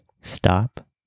stop